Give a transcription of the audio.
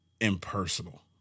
impersonal